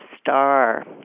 star